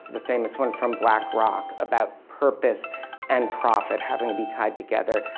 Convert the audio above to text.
the famous one from black rock about purpose and profit having to be tied together.